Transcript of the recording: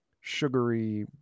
sugary